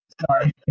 Sorry